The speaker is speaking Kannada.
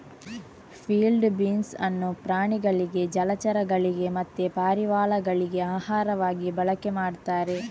ಫೀಲ್ಡ್ ಬೀನ್ಸ್ ಅನ್ನು ಪ್ರಾಣಿಗಳಿಗೆ ಜಲಚರಗಳಿಗೆ ಮತ್ತೆ ಪಾರಿವಾಳಗಳಿಗೆ ಆಹಾರವಾಗಿ ಬಳಕೆ ಮಾಡ್ತಾರೆ